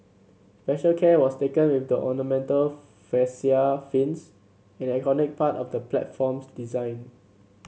special care was taken with the ornamental fascia fins an iconic part of the platform's design